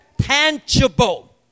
Tangible